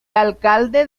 alcalde